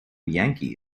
yankee